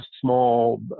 small